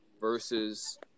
versus